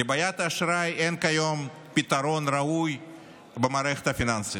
לבעיית האשראי אין כיום פתרון ראוי במערכת הפיננסית.